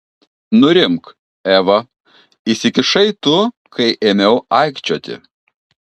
nurimk eva įsikišai tu kai ėmiau aikčioti